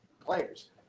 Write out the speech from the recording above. players